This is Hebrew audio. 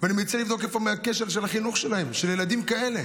אני מציע לבדוק מאיפה החינוך שלהם, של ילדים כאלה.